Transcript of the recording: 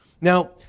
Now